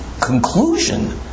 conclusion